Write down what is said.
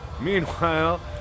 Meanwhile